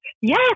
yes